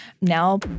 now